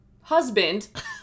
husband